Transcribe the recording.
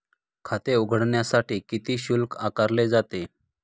खाते उघडण्यासाठी किती शुल्क आकारले जाते?